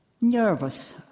nervous